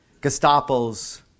Gestapo's